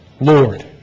Lord